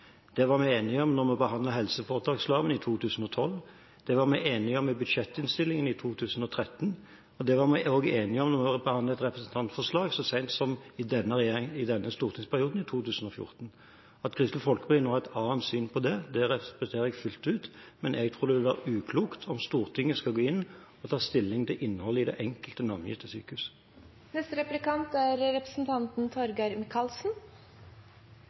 det var vi enige om da vi behandlet helseforetaksloven i 2012, det var vi enige om i budsjettinnstillingen i 2013, og det var vi også enige om da vi behandlet et representantforslag så sent som i denne stortingsperioden, i 2014. At Kristelig Folkeparti nå har et annet syn på det, respekterer jeg fullt ut, men jeg tror det vil være uklokt om Stortinget skal gå inn og ta stilling til innholdet i det enkelte navngitte sykehus. Jeg er